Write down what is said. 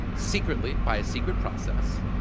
secretly, by a secret process,